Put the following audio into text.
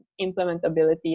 implementability